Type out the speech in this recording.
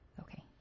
Okay